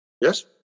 Yes